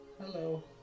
Hello